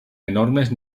enormes